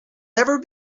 never